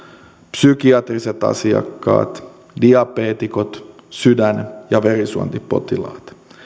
psykiatriset asiakkaat diabeetikot sydän ja verisuonitautipotilaat